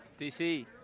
DC